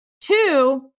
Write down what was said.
Two